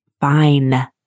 fine